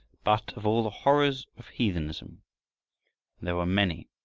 but of all the horrors of heathenism, and there were many,